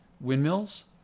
windmills